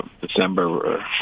December